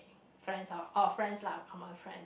friend or friends lah common friends